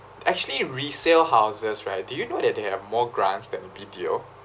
actually resale houses right do you know that they have more grants than B_T_O